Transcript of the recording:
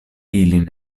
ilin